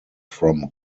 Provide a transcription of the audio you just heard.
from